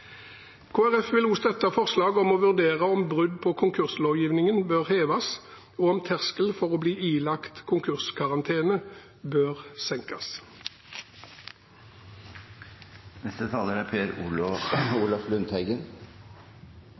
vil også støtte forslag om å vurdere om brudd på konkurslovgivningen bør heves, og om terskelen for å bli ilagt konkurskarantene bør